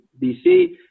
BC